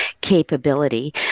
capability